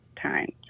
times